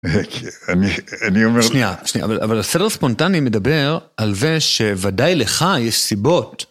אבל הסדר ספונטני מדבר על זה שוודאי לך יש סיבות.